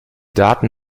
daten